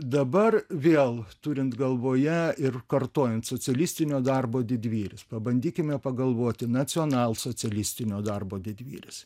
dabar vėl turint galvoje ir kartojant socialistinio darbo didvyrius pabandykime pagalvoti nacionalsocialistinio darbo didvyris